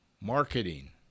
marketing